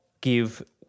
give